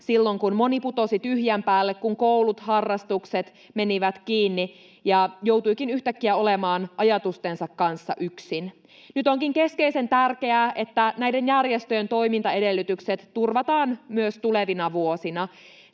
silloin, kun moni putosi tyhjän päälle, kun koulut, harrastukset menivät kiinni ja joutuikin yhtäkkiä olemaan ajatustensa kanssa yksin. Nyt onkin keskeisen tärkeää, että näiden järjestöjen toimintaedellytykset turvataan myös tulevina vuosina.